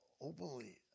openly